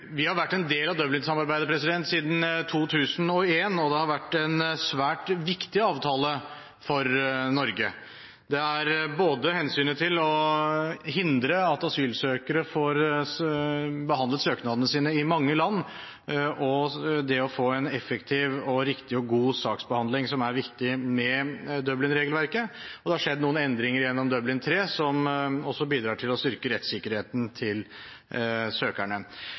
Vi har vært en del av Dublin-samarbeidet siden 2001, og det har vært en svært viktig avtale for Norge. Både hensynet til å hindre at asylsøkere får behandlet søknadene sine i mange land og det å få en effektiv, riktig og god saksbehandling, er viktig med Dublin-regelverket, og det har skjedd noen endringer gjennom Dublin III, som også bidrar til å styrke rettssikkerheten til søkerne.